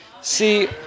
See